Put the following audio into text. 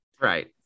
Right